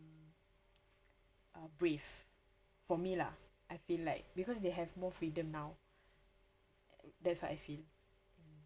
uh brave for me lah I feel like because they have more freedom now that's what I feel